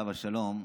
עליו השלום,